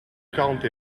quarante